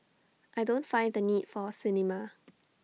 I don't find the need for A cinema